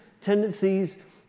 tendencies